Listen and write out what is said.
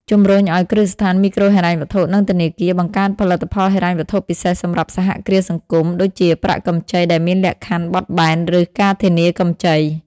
ជំរុញឱ្យគ្រឹះស្ថានមីក្រូហិរញ្ញវត្ថុ និងធនាគារ បង្កើតផលិតផលហិរញ្ញវត្ថុពិសេសសម្រាប់សហគ្រាសសង្គម ដូចជាប្រាក់កម្ចីដែលមានលក្ខខណ្ឌបត់បែន ឬការធានាកម្ចី ។